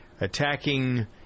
attacking